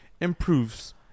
improves